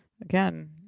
Again